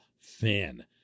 fan